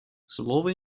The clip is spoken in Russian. слово